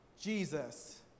Jesus